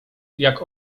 jak